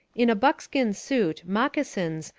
in a buckskin suit, moccasins,